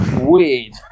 Weird